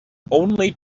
only